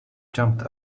jumped